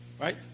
right